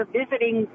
visiting